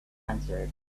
answered